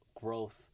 growth